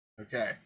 Okay